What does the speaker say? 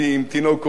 מפציצים,